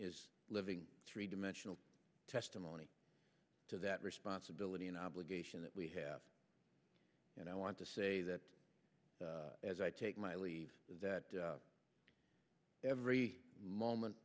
is living three dimensional testimony to that responsibility and obligation that we have and i want to say that as i take my leave that every moment